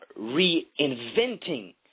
reinventing